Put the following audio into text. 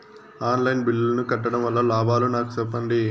On line బిల్లుల ను కట్టడం వల్ల లాభాలు నాకు సెప్పండి?